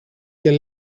και